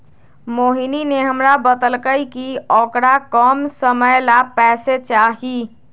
मोहिनी ने हमरा बतल कई कि औकरा कम समय ला पैसे चहि